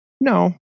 No